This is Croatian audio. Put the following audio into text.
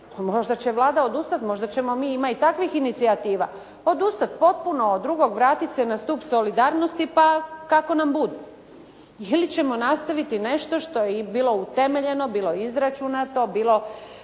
možda će Vlada odustati, ima i takvih inicijativa, odustati potpuno od drugog, vratiti se na stup solidarnosti pa kako nam bude ili ćemo nastaviti nešto što je bilo utemeljeno, bilo izračunato, bilo